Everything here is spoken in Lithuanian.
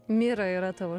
mira yra tavo